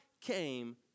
came